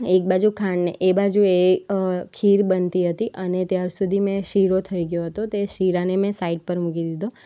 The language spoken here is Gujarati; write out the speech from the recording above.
એક બાજુ ખાંડ એ બાજુ એ ખીર બનતી હતી અને ત્યાર સુધી મેં શીરો થઈ ગયો હતો તે શિરાને મેં સાઇડ પર મૂકી દીધો